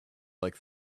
like